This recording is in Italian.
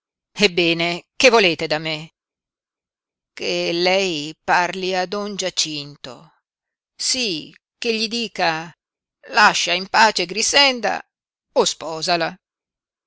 ebbene che volete da me che lei parli a don giacinto sí che gli dica lascia in pace grixenda o sposala